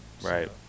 Right